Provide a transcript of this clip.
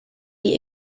die